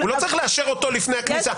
הוא לא צריך לאשר אותו לפני הכניסה.